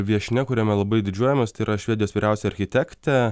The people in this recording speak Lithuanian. viešnia kuriame labai didžiuojamės tai yra švedijos vyriausia architektė